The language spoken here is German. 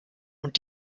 und